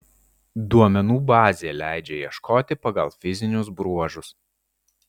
duomenų bazė leidžia ieškoti pagal fizinius bruožus